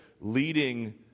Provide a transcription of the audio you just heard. leading